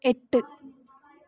എട്ട്